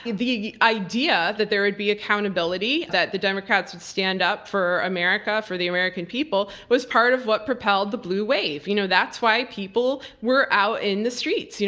and the idea that there would be accountability. that the democrats would stand up for america, for the american people was part of what propelled the blue wave. you know that's why people were out in the streets,